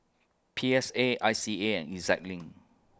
P S A I C A and E Z LINK